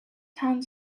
hands